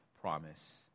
promise